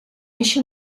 eixe